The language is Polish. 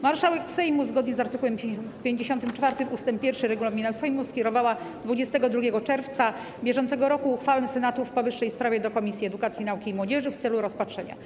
Marszałek Sejmu zgodnie z art. 54 ust. 1 regulaminu Sejmu skierowała 22 czerwca br. uchwałę Senatu w powyższej sprawie do Komisji Edukacji, Nauki i Młodzieży w celu rozpatrzenia.